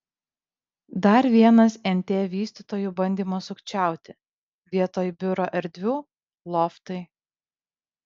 dar vienas nt vystytojų bandymas sukčiauti vietoj biuro erdvių loftai